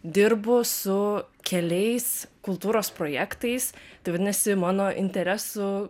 dirbu su keliais kultūros projektais tai vadinasi mano interesų